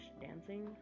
dancing